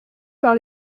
par